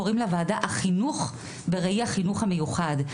וקוראים לוועדת החינוך בראי החינוך המיוחד.